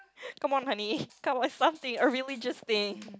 come on honey come up with something a religious thing